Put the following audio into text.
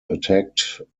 attacked